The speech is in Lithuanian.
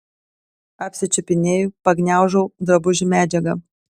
apsičiupinėju pagniaužau drabužių medžiagą